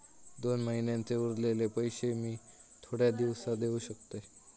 दोन महिन्यांचे उरलेले पैशे मी थोड्या दिवसा देव शकतय?